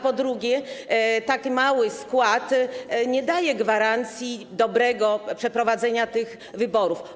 Po drugie, tak ograniczony skład nie daje gwarancji dobrego przeprowadzenia tych wyborów.